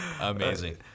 Amazing